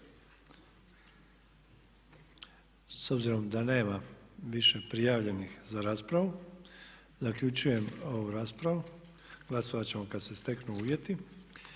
S obzirom da nema više prijavljenih za raspravu, zaključujem ovu raspravu. Glasovati ćemo kada se steknu uvjeti.